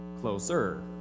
Closer